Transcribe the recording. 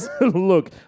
Look